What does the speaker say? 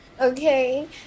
Okay